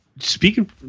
speaking